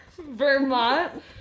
Vermont